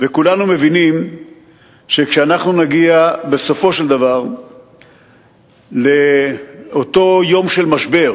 וכולנו מבינים שכשאנחנו נגיע בסופו של דבר לאותו יום של משבר,